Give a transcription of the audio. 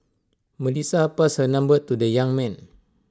Melissa passed her number to the young man